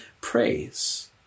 praise